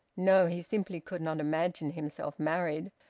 no! he simply could not imagine himself married,